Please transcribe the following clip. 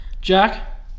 Jack